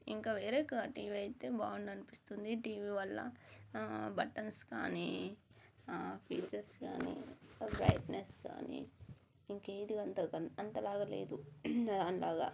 ఇంక వేరే క టీవీ అయితే బాగుండు అనిపిస్తుంది టీవీ వాళ్ళ బటన్స్ కానీ ఫ్యూచర్స్ కానీ బ్రైట్నెస్ కానీ ఇంకేది అంతగా అంతలాగా లేదు అలాగా